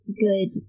good